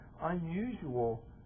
unusual